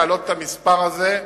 להעלות את מספר המועסקים.